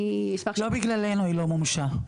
לא בגללנו היא לא מומשה,